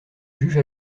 juge